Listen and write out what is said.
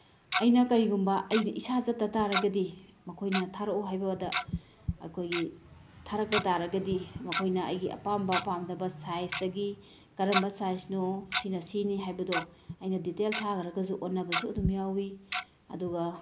ꯑꯩꯅ ꯀꯔꯤꯒꯨꯝꯕ ꯑꯩꯒꯤ ꯏꯁꯥ ꯆꯠꯇ ꯇꯥꯔꯒꯗꯤ ꯃꯈꯣꯏꯅ ꯊꯥꯔꯛꯑꯣ ꯍꯥꯏꯕꯗ ꯑꯩꯈꯣꯏꯒꯤ ꯊꯥꯔꯛꯄ ꯇꯥꯔꯒꯗꯤ ꯃꯈꯣꯏꯅ ꯑꯩꯒꯤ ꯑꯄꯥꯝꯕ ꯄꯥꯝꯗꯕ ꯁꯥꯏꯖꯇꯒꯤ ꯀꯔꯝꯕ ꯁꯥꯏꯖꯅꯣ ꯁꯤꯅ ꯁꯤꯅꯤ ꯍꯥꯏꯕꯗꯣ ꯑꯩꯅ ꯗꯤꯇꯦꯜ ꯊꯥꯈ꯭ꯔꯒꯁꯨ ꯑꯣꯟꯅꯕꯁꯨ ꯑꯗꯨꯝ ꯌꯥꯎꯋꯤ ꯑꯗꯨꯒ